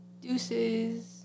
Deuces